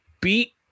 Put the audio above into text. beat